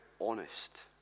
honest